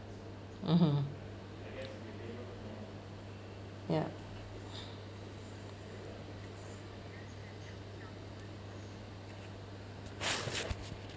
mmhmm ya